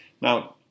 Now